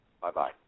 Bye-bye